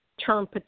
term